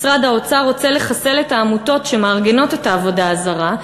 משרד האוצר רוצה לחסל את העמותות שמארגנות את העבודה הזרה,